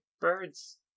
birds